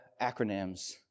acronyms